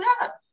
up